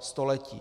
století.